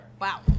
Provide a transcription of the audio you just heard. Wow